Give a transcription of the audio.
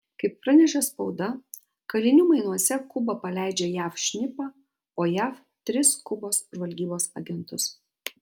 kaip pranešė spauda kalinių mainuose kuba paleidžia jav šnipą o jav tris kubos žvalgybos agentus